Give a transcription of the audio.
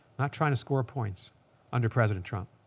not trying to score points under president trump.